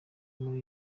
muri